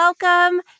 welcome